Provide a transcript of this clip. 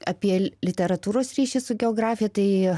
apie literatūros ryšį su geografija tai